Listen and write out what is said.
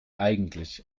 eigentlich